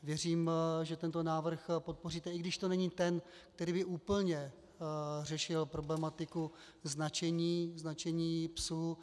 Věřím, že tento návrh podpoříte, i když to není ten, který by úplně řešil problematiku značení psů.